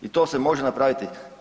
I to se može napraviti.